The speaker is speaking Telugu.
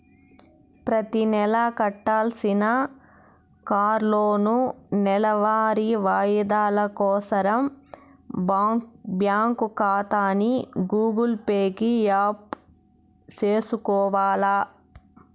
ప్రతినెలా కట్టాల్సిన కార్లోనూ, నెలవారీ వాయిదాలు కోసరం బ్యాంకు కాతాని గూగుల్ పే కి యాప్ సేసుకొవాల